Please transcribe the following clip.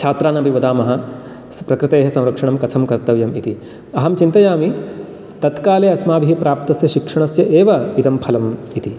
छात्रान् अपि वदामः प्रकृतेः संरक्षणं कथं कर्तव्यम् इति अहं चिन्तयामि तत्काले अस्माभिः प्राप्तस्य शिक्षणस्य एव इदं फलम् इति